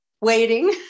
waiting